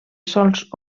sols